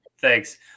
thanks